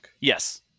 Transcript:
Yes